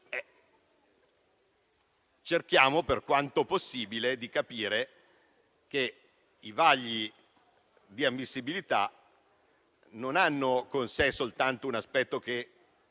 cerchiamo, per quanto possibile, di capire che i vagli di ammissibilità non hanno con sé soltanto un aspetto che